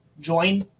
join